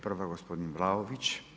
Prva gospodin Vlaović.